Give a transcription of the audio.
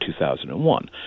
2001